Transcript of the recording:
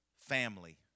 Family